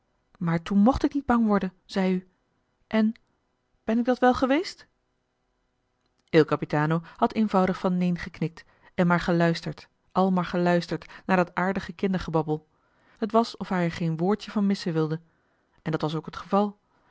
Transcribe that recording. maar toen mocht ik niet bang worden zei u en ben ik dat wel geweest il capitano had eenvoudig van neen geknikt en maar geluisterd al maar geluisterd naar dat aardige kindergebabbel het was of hij er geen woordje van missen wilde en dat was ook het geval